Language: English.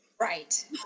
Right